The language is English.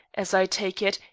as i take it,